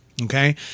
Okay